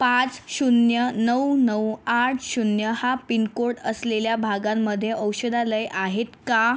पाच शून्य नऊ नऊ आठ शून्य हा पिनकोड असलेल्या भागांमध्ये औषधालय आहेत का